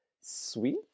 sweet